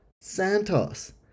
Santos